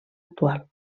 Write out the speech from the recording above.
actual